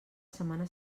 setmana